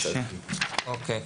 אוקי.